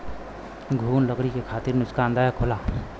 घुन लकड़ी के खातिर नुकसानदायक होला